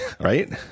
right